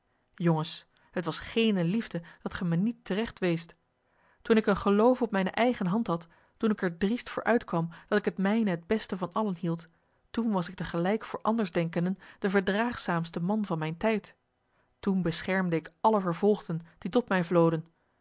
jongens het was geene liefde dat ge mij niet teregt weest toen ik een geloof op mijne eigen hand had toen ik er driest voor uitkwam dat ik het mijne het beste van allen hield toen was ik te gelijk voor andersdenkenden de verdraagzaamste man van mijn tijd toen beschermde ik alle vervolgden die tot mij vloden